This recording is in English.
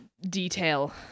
detail